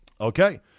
Okay